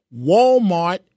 Walmart